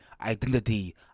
Identity